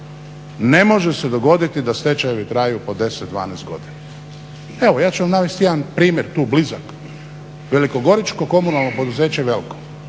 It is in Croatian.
Ne može se dogoditi da stečajevi traju po 10, 12 godina. Evo ja ću vam navesti jedan primjer tu blizak, velikogoričko komunalno poduzeće "Velkom",